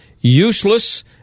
useless